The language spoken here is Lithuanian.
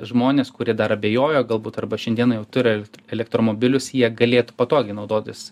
žmonės kurie dar abejojo galbūt arba šiandien jau turi elektromobilius jie galėtų patogiai naudotis